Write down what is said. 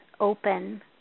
open